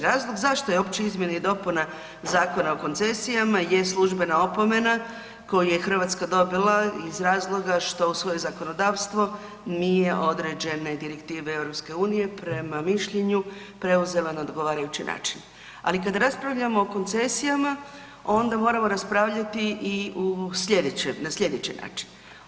Razlog zašto je uopće izmjena i dopuna Zakona o koncesijama je službena opomena koju je Hrvatska dobila iz razloga što u svoje zakonodavstvo nije određene direktive EU-a prema mišljenju, preuzela na odgovarajući način ali kad raspravljamo o koncesijama onda moramo raspravljati i na slijedeći način.